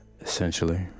essentially